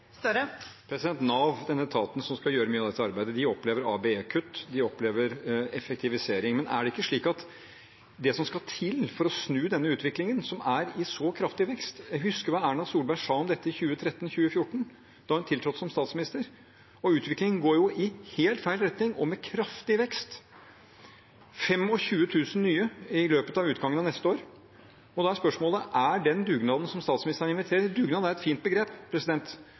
Nav, den etaten som skal gjøre mye av dette arbeidet, opplever ABE-kutt og effektivisering. Hva skal til for å snu denne utviklingen, med en så kraftig vekst? Jeg husker hva Erna Solberg sa om dette i 2013–2014, da hun tiltrådte som statsminister. Utviklingen går i helt feil retning, med kraftig vekst – 25 000 nye i løpet av utgangen av neste år. Da er spørsmålet: Er den dugnaden som statsministeren inviterer til – dugnad er et fint begrep,